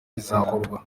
bizakorwa